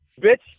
bitch